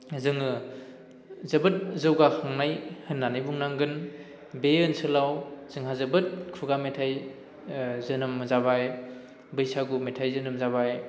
जोङो जोबोद जौगाखांनाय होननानै बुंनांगोन बे ओनसोलाव जोंहा जोबोद खुगा मेथाइ जोनोम जाबाय बैसागु मेथाइ जोनोम जाबाय